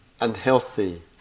unhealthy